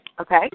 Okay